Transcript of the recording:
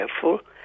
careful